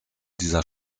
dieser